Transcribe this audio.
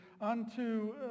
unto